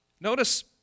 Notice